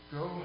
go